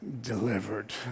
delivered